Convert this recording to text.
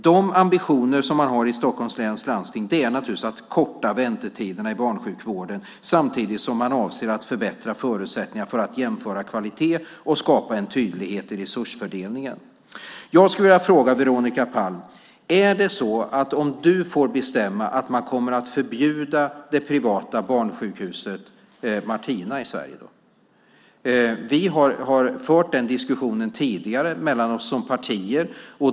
De ambitioner man har i Stockholms läns landsting är naturligtvis att korta väntetiderna i barnsjukvården samtidigt som man avser att förbättra förutsättningarna för att jämföra kvalitet och skapa en tydlighet i resursfördelningen. Jag skulle vilja fråga Veronica Palm: Om du får bestämma, kommer man då att förbjuda det privata Barnsjukhuset Martina i Sverige? Vi har fört den diskussionen mellan våra partier tidigare.